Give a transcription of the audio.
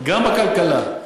גם בכלכלה,